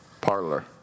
Parlor